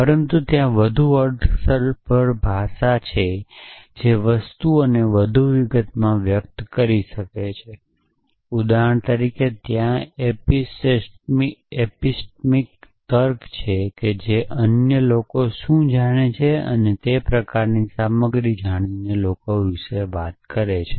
પરંતુ ત્યાં વધુ અર્થસભર ભાષા છે જે વસ્તુઓને વધુ વિગતોમાં વ્યક્ત કરી શકે છે ઉદાહરણ તરીકે ત્યાં એપિસ્ટેમિક તર્ક છે જે અન્ય લોકો શું જાણે છે તે પ્રકારની વાત કરે છે